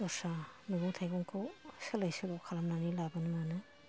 दस्रा मैगं थाइगंखौ सोलाय सोल' खालामनानै लाबोनो मोनो